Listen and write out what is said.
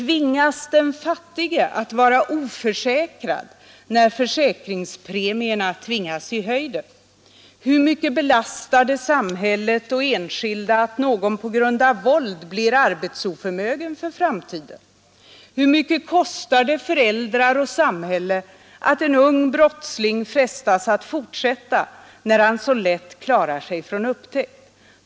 Måste den fattige vara oförsäkrad när försäkringspremierna tvingas i höjden? Hur mycket belastar det samhället och enskilda att någon på grund av våld blir arbetsoförmögen för framtiden? Hur mycket kostar det föräldrar och samhälle att en ung brottsling frestas att fortsätta, när han så lätt klarar sig från upptäckt?